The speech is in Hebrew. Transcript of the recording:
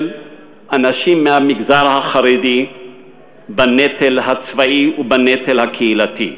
של אנשים מהמגזר החרדי בנטל הצבאי ובנטל הקהילתי.